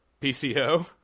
pco